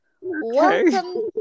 Welcome